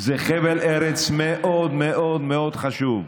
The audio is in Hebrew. זה חבל ארץ מאוד מאוד מאוד חשוב,